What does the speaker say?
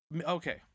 okay